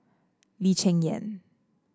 Lee Cheng Yan